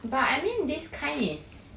but I mean this kind is